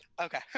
Okay